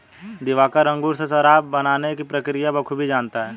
दिवाकर अंगूर से शराब बनाने की प्रक्रिया बखूबी जानता है